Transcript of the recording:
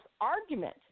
argument